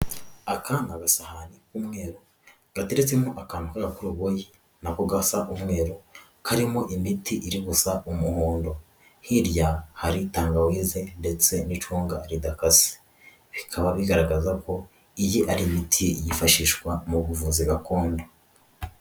Aka ni agasahani kumwe gateretsemo akantu k'agakoroboyi na ko gasa umweru, karimo imiti iri gusa umuhondo, hirya hari tangawize ndetse n'icunga ridakase, bikaba bigaragaza ko iyi ari imiti yifashishwa mu buvuzi gakondo.